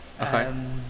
Okay